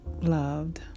loved